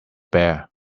bare